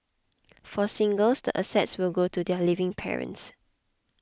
for singles the assets will go to their living parents